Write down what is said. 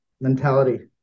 mentality